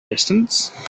distance